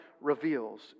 reveals